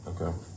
Okay